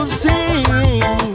sing